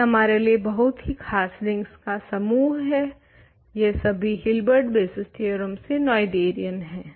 यह हमारे लिए बहुत ही ख़ास रिंग्स का समूह है यह सभी हिलबेर्ट बेसिस थ्योरम से नोएथेरियन हैं